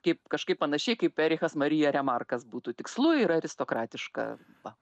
kaip kažkaip panašiai kaip erichas marija remarkas būtų tikslu ir aristokratiška va